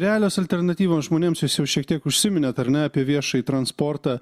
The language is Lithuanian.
realios alternatyvos žmonėms jūs jau šiek tiek užsiminėt ar ne apie viešąjį transportą